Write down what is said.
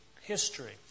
history